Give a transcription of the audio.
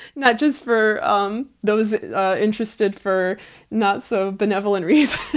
not just for um those interested for not so benevolent reasons.